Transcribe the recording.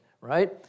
right